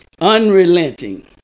unrelenting